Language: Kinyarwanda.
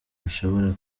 bishobora